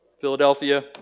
Philadelphia